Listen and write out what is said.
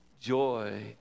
joy